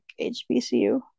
HBCU